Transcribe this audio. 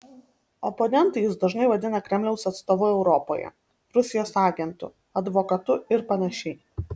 oponentai jus dažnai vadina kremliaus atstovu europoje rusijos agentu advokatu ir panašiai